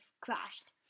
crashed